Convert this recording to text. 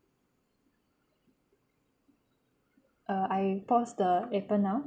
err I pause the appen now